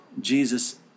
Jesus